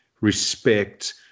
respect